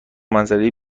منظره